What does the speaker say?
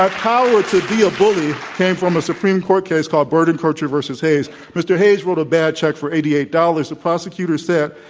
ah power to be a bully came from the supreme court case called, bordenkircher versus hayes. mr. hayes wrote a bad check for eighty eight dollars. the prosecutor said,